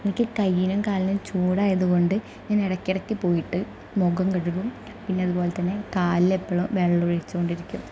എനിക്ക് കയ്യിനും കാലിനും ചൂടായതുകൊണ്ട് ഇങ്ങനെ ഇടക്കിടക്ക് പോയിട്ട് മുഖം കഴുകും പിന്നെ അതുപോലെ തന്നെ കാലിൽ ഇപ്പോഴും വെള്ളം ഒഴിച്ചു കൊണ്ടിരിക്കും